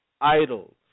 idols